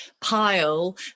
pile